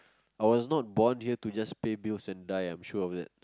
I was not born here to just pay bills and die I'm sure of that